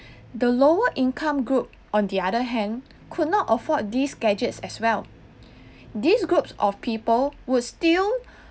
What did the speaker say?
the lower income group on the other hand could not afford these gadgets as well these groups of people would still